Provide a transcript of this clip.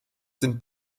sind